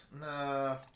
No